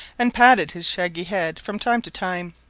and patted his shaggy head from time to time.